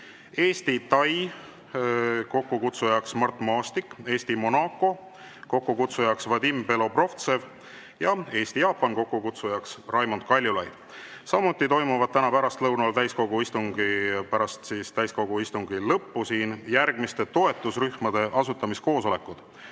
Eesti-Tai, kokkukutsujaks Mart Maastik; Eesti-Monaco, kokkukutsujaks Vadim Belobrovtsev, ja Eesti-Jaapan, kokkukutsujaks Raimond Kaljulaid. Samuti toimuvad täna pärastlõunal pärast täiskogu istungi lõppu siin järgmiste toetusrühmade asutamiskoosolekud: